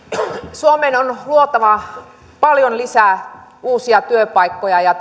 suomeen on luotava paljon lisää uusia työpaikkoja ja